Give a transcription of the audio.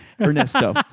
Ernesto